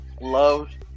loved